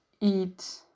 eat